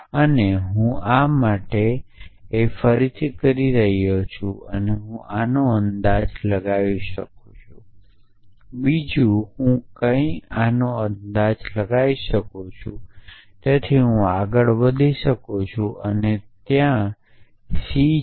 અને આ હું આ માટે આ કરી શકું છું અને આ હું આનો અંદાજ લગાવી શકું છું અને બીજું કંઈક હું આનો અંદાજ લગાવી શકું છું તેથી હું આગળ વધી શકું છું અને ત c ક્યાંક છે